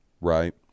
Right